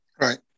Right